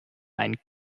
ein